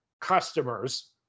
customers